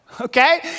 okay